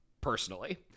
personally